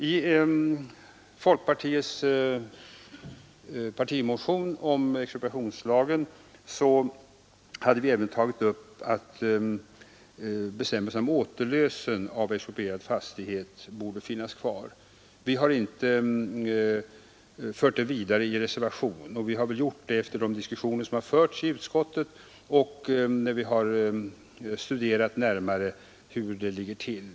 I folkpartiets partimotion om expropriationslagen hade vi även tagit upp att bestämmelsen om återlösen av exproprierad fastighet borde finnas kvar. Efter de diskussioner som förts i utskottet har vi inte fört saken vidare i en reservation, sedan vi har studerat närmare hur det ligger till.